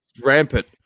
rampant